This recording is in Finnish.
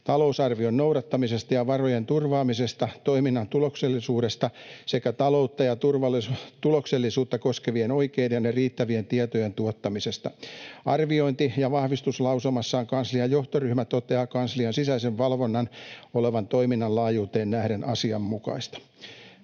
talousarvion noudattamisesta ja varojen turvaamisesta, toiminnan tuloksellisuudesta sekä taloutta ja tuloksellisuutta koskevien oikeiden ja riittävien tietojen tuottamisesta. Arviointi- ja vahvistuslausumassaan kanslian johtoryhmä toteaa kanslian sisäisen valvonnan olevan toiminnan laajuuteen nähden asianmukaista.